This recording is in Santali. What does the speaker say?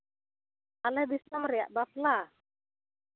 ᱟᱞᱮ ᱫᱤᱥᱚᱢ ᱨᱮᱭᱟᱜ ᱵᱟᱯᱞᱟ